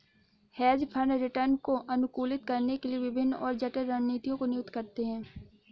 hedge fund return को अनुकूलित करने के लिए विभिन्न और जटिल रणनीतियों को नियुक्त करते हैं